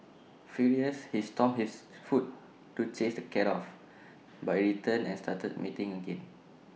furious he stomped his foot to chase the cat off but IT returned and started mating again